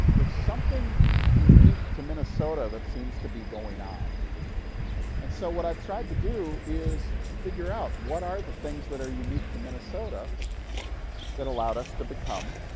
there's something unique to minnesota that seems to be going on and so what i've tried to do is figure out what are the things that are unique to minnesota that allowed us to become